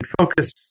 focus